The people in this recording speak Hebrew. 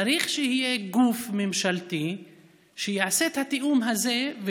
צריך שיהיה גוף ממשלתי שיעשה את התיאום הזה,